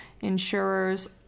insurers